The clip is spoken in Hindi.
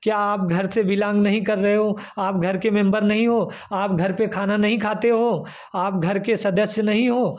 क्या आप घर से बिलॉग नहीं कर रहे हो आप घर के मेम्बर नहीं हो आप घर पर खाना नहीं खाते हो आप घर के सदस्य नहीं हो